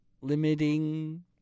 limiting